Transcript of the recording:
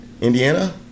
Indiana